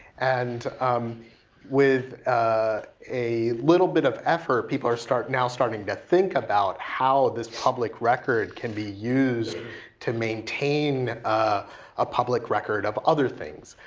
and um with ah a little bit of effort, people are now starting to think about how this public record can be used to maintain a ah public record of other things.